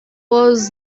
was